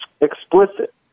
explicit